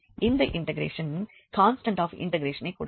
இந்த integration constant of இண்டெக்ரேஷனை கொடுக்கும்